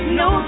no